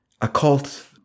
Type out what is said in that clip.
occult